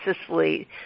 Sicily